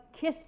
kiss